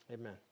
Amen